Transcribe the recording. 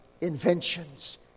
inventions